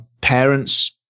parents